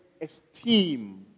esteem